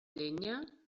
llenya